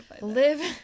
live